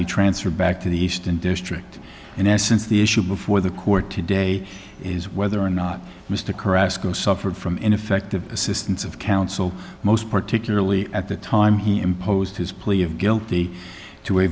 be transferred back to the eastern district in essence the issue before the court today is whether or not mr caruthers go suffered from ineffective assistance of counsel most particularly at the time he imposed his plea of guilty to a